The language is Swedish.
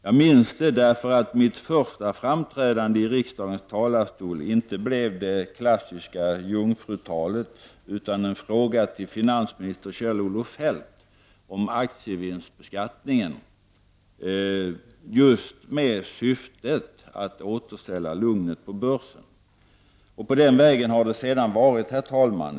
Jag minns det, därför att mitt första framträdande i riksdagens talarstol inte blev det klassiska jungfrutalet, utan en fråga till finansminister Kjell Olof Feldt om aktievinstbeskattningen, just med syftet att återställa lugnet på börsen. På den vägen har det sedan varit.